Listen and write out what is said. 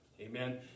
Amen